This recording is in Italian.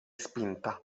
spinta